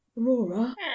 Aurora